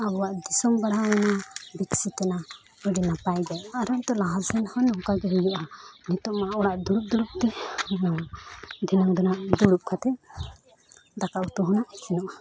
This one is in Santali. ᱟᱵᱚᱣᱟᱜ ᱫᱤᱥᱚᱢ ᱵᱟᱲᱦᱟᱣᱮᱱᱟ ᱵᱤᱠᱥᱤᱛ ᱮᱱᱟ ᱟᱹᱰᱤ ᱱᱟᱯᱟᱭᱜᱮ ᱟᱨᱦᱚᱸ ᱱᱤᱛᱳᱜ ᱞᱟᱦᱟᱥᱮᱱ ᱦᱚᱸ ᱱᱚᱝᱠᱟᱜᱮ ᱦᱩᱭᱩᱜᱼᱟ ᱱᱤᱛᱳᱝ ᱢᱟ ᱚᱲᱟᱜ ᱨᱮ ᱫᱩᱲᱩᱵᱼᱫᱩᱲᱩᱵᱛᱮ ᱫᱷᱤᱱᱟᱹᱝ ᱫᱚ ᱱᱟᱦᱟᱸᱜ ᱫᱩᱲᱩᱵ ᱠᱟᱛᱮᱫ ᱫᱟᱠᱟᱼᱩᱛᱩᱦᱚᱸ ᱤᱥᱤᱱᱚᱜᱼᱟ